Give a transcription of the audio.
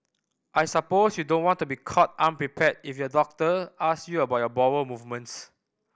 I suppose you don't want to be caught unprepared if your doctor ask your about bowel movements